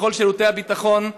לכל שירותי הביטחון,